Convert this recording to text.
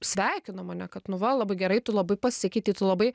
sveikino mane kad nu va labai gerai tu labai pasikeitei tu labai